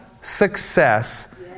success